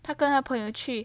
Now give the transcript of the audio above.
他跟他朋友去